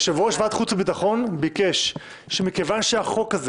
יושב-ראש ועדת החוץ והביטחון ביקש שמכיוון שהחוק הזה